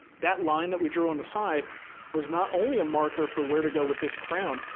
that line that we drew on the side was not only a marker for where to go with this crown.